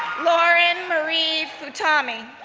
lauren marie futami,